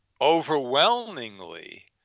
overwhelmingly